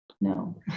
no